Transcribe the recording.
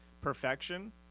perfection